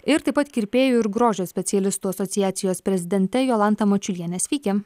ir taip pat kirpėjų ir grožio specialistų asociacijos prezidente jolanta mačiuliene sveiki